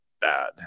bad